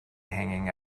hanging